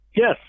Yes